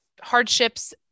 hardships